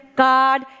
God